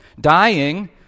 Dying